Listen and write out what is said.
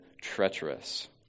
treacherous